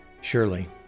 Surely